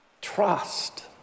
Trust